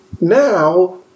Now